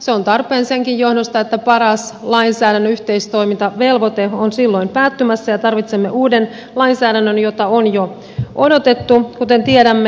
se on tarpeen senkin johdosta että paras lainsäädännön yhteistoimintavelvoite on silloin päättymässä ja tarvitsemme uuden lainsäädännön jota on jo odotettu kuten tiedämme